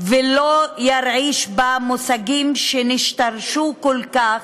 ולא ירעיש בה מושגים שנשתרשו כל כך,